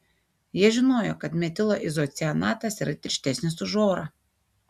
jie žinojo kad metilo izocianatas yra tirštesnis už orą